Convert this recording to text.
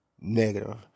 Negative